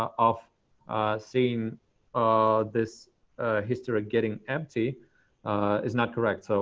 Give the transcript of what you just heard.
of seeing this history getting empty is not correct. so,